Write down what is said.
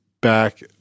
back